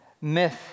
myth